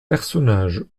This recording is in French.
personnage